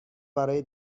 برای